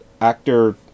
actor